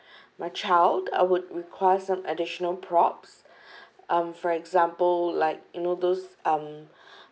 my child I would require some additional props um for example like you know those um